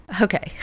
Okay